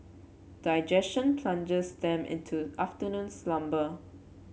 digestion plunges them into afternoon slumber